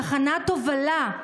תחנת הובלה,